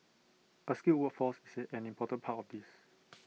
A skilled workforce is an important part of this